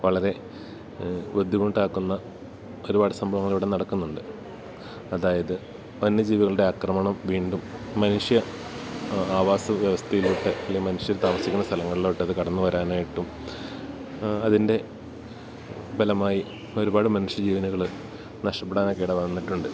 വളരെ ബുദ്ധിമുട്ടാക്കുന്ന ഒരുപാട് സംഭവങ്ങൾ ഇവിടെ നടക്കുന്നുണ്ട് അതായത് വന്യജീവികളുടെ ആക്രമണം വീണ്ടും മനുഷ്യൻ ആവാസ വ്യവസ്ഥയിലോട്ട് അല്ലേ മനുഷ്യർ താമസിക്കുന്ന സ്ഥലങ്ങളിലോട്ട് അത് കടന്ന് വരാനായിട്ടും അതിൻ്റെ ബലമായി ഒരുപാട് മനുഷ്യൻ ജീവനുകൾ നഷ്ടപ്പെടാൻ ഒക്കെ ഇട വന്നിട്ടുണ്ട്